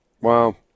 Wow